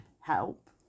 help